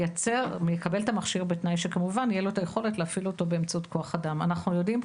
מקבל את המכשיר כמובן בתנאי שתהיה לו